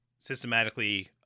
Systematically